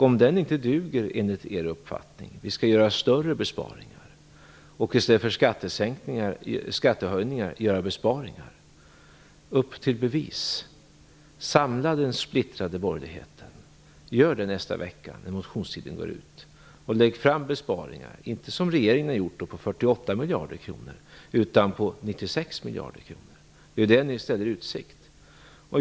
Om den inte duger enligt er uppfattning, utan vi skall göra större besparingar, om vi i stället för skattehöjningar skall göra besparingar, upp till bevis! Samla den splittrade borgerligheten! Gör det nästa vecka, när motionstiden går ut, och lägg fram besparingar, inte som regeringen har gjort på 48 miljarder kronor, utan på 96 miljarder kronor. Det är det ni ställer i utsikt.